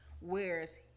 Whereas